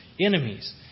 enemies